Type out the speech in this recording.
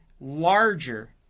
larger